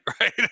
Right